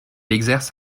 exerce